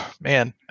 man